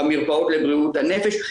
במרפאות לבריאות הנפש,